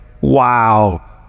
wow